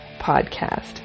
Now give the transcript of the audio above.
podcast